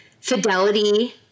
fidelity